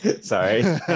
sorry